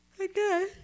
Okay